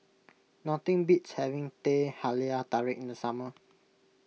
nothing beats having Teh Halia Tarik in the summer